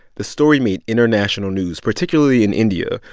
the story made international news, particularly in india,